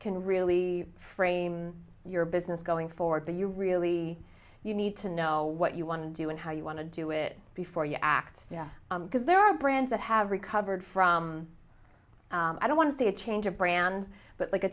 can really frame your business going forward that you really you need to know what you want to do and how you want to do it before you act because there are brands that have recovered from i don't want to say a change of brand but like a